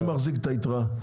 מי מחזיק את היתרה?